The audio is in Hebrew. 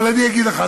אבל אני אגיד לך,